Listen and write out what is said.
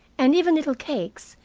and even little cakes,